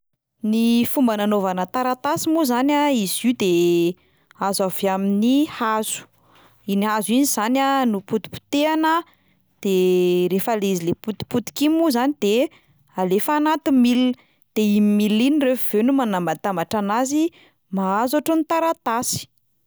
Ny fomba nanaovana taratasy moa zany a izy io de azo avy amin'ny hazo, iny hazo iny zany a no potipotehana, de rehefa le izy le potipotika iny moa zany de alefa anaty milina, de iny milina iny rehefa avy eo no manambatambatra anazy mahazo ohatry ny taratasy.